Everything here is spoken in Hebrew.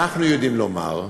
אנחנו יודעים לומר,